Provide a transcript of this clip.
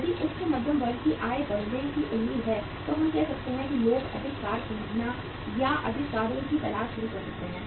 यदि उच्च मध्यम वर्ग की आय बढ़ने की उम्मीद है तो हम कह सकते हैं कि लोग अधिक कार खरीदना या अधिक कारों की तलाश शुरू कर सकते हैं